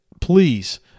please